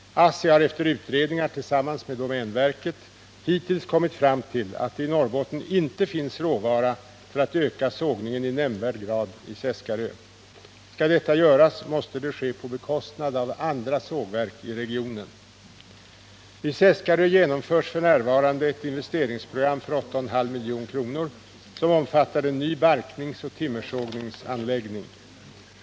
ASSI har efter utredningar tillsammans med domänverket hittills kommit fram till att det i Norrbotten inte finns råvara för att öka sågningen i nämnvärd grad i Seskarö. Skall detta göras måste det ske på bekostnad av andra sågverk i regionen. Vid Seskarö genomförs f. n. ett investeringsprogram för 8,5 milj.kr. som omfattar en ny barkningsoch timmersorteringsanläggning.